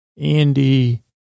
Andy